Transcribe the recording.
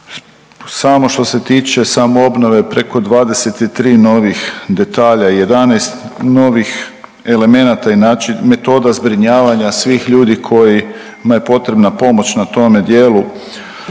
samo što se tiče samoobnove preko 23 novih detalja, 11 novih elemenata i metoda zbrinjavanja svih ljudi kojima je potrebna pomoć na tome dijelu,